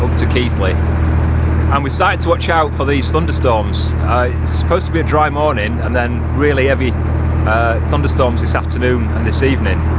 to keithley and we started to watch out for these thunderstorms, it's supposed to be a dry morning and then really heavy thunderstorms this afternoon and this evening.